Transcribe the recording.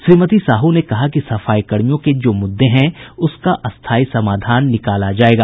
श्रीमती साहू ने कहा कि सफाई कर्मियों के जो मुद्दे हैं उसका स्थायी समाधान निकाला जायेगा